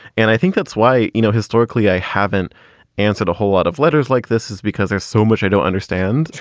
and i think that's why, you know, historically i haven't answered a whole lot of letters like this is because there's so much i don't understand.